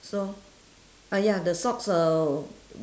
so ah ya the socks uh